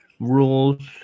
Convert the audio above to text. Rules